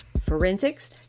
forensics